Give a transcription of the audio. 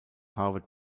harvard